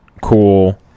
cool